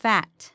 Fat